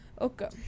Okay